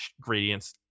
gradients